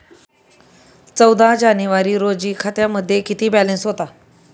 चौदा जानेवारी रोजी खात्यामध्ये किती बॅलन्स होता?